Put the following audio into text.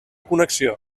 connexió